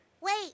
Wait